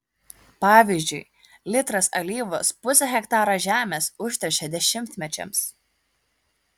pavyzdžiui litras alyvos pusę hektaro žemės užteršia dešimtmečiams